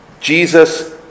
Jesus